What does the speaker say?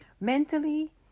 mentally